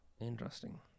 Interesting